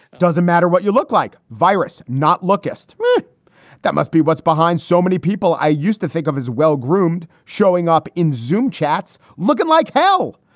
doesn't matter what you look like virus, not look. that must be what's behind so many people i used to think of as well-groomed showing up in xoom chats looking like hell,